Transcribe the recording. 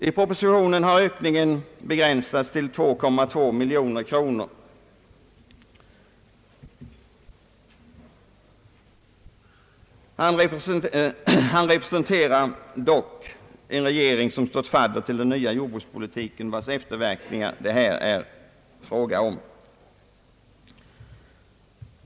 I propositionen har ökningen begränsats till 2,2 miljoner kronor. Jordbruksministern represente rar dock den regering som stått fadder till den nya jordbrukspolitiken vars efterverkningar det här är fråga om.